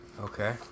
Okay